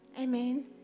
Amen